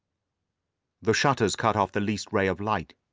the shutters cut off the least ray of light,